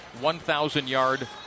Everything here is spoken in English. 1,000-yard